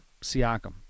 Siakam